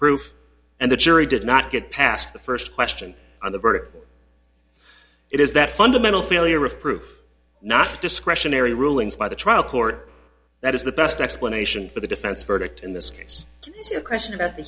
proof and the jury did not get past the first question on the verdict it is that fundamental failure of proof not discretionary rulings by the trial court that is the best explanation for the defense verdict in this case a question